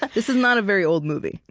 like this is not a very old movie.